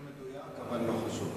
לא מדויק, אבל לא חשוב.